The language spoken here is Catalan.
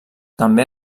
també